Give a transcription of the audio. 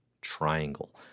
Triangle